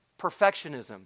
perfectionism